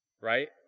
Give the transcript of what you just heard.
right